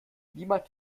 niemand